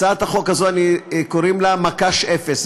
הצעת החוק הזאת, קוראים לה "מקש אפס".